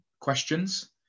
questions